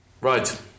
Right